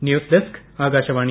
news desk Akashvani